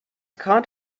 caught